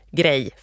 grej